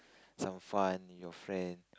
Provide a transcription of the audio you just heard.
some fun with your friend